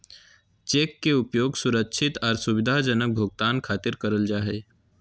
cheque के उपयोग सुरक्षित आर सुविधाजनक भुगतान खातिर करल जा हय